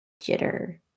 jitter